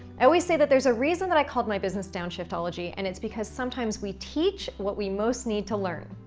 i always say that there's a reason that i called my business downshiftology, and it's because sometimes we teach what we most need to learn.